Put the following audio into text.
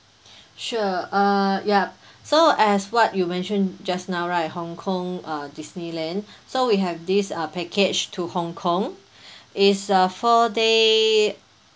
sure uh ya so as what you mention just now right Hong-Kong uh Disneyland so we have this uh package to Hong-Kong it's a four day